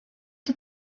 did